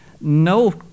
No